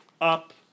Up